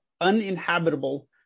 uninhabitable